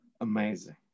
amazing